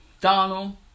donald